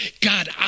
god